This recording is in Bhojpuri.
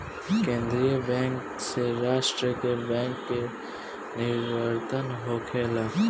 केंद्रीय बैंक से राष्ट्र के बैंक के निवर्तन होखेला